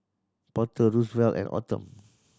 Porter Rosevelt and Autumn